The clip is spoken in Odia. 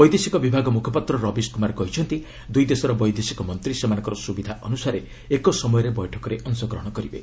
ବୈଦେଶିକ ବିଭାଗ ମ୍ରଖପାତ୍ର ରବିଶ କୁମାର କହିଛନ୍ତି ଦୁଇ ଦେଶର ବୈଦେଶିକ ମନ୍ତ୍ରୀ ସେମାନଙ୍କ ସୁବିଧା ଅନୁସାରେ ଏକ ସମୟରେ ବୈଠକରେ ଅଂଶଗ୍ରହଣ କରିବେ